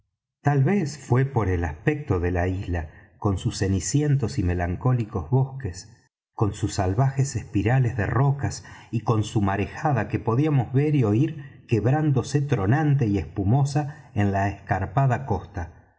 tal vez fué por el aspecto de la isla con sus cenicientos y melancólicos bosques con sus salvajes espirales de rocas y con su marejada que podíamos ver y oir quebrándose tronante y espumosa en la escarpada costa